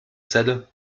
celle